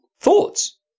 thoughts